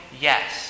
yes